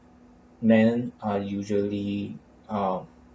men are usually are